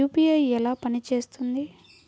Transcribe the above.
UPI ఎలా పనిచేస్తుంది?